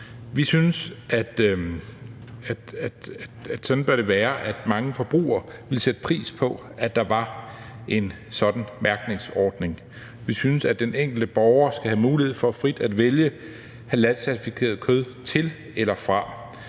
sådan, at mange forbrugere ville sætte pris på, at der var en sådan mærkningsordning. Vi synes, at den enkelte borger skal have mulighed for frit at vælge halalcertificeret kød til eller fra.